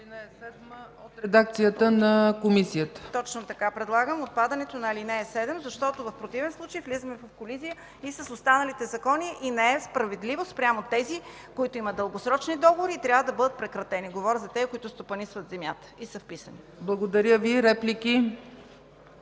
Благодаря Ви. Реплики?